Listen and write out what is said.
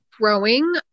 growing